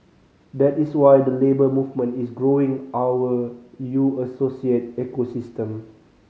that is why the Labour Movement is growing our U Associate ecosystem